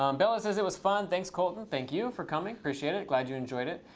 um bela says it was fun. thanks, colton. thank you for coming. appreciate it. glad you enjoyed it.